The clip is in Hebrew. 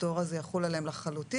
הפטור הזה יחול עליהם לחלוטין,